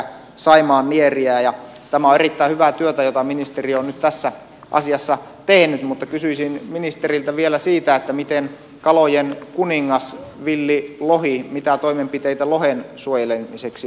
tämä on erittäin hyvää työtä jota ministeriö on nyt tässä asiassa tehnyt mutta kysyisin ministeriltä vielä siitä mitä toimenpiteitä kalojen kuninkaan villin lohen suojelemiseksi on tulossa